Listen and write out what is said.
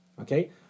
Okay